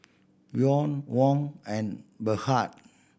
Yuan Won and Baht